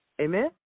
Amen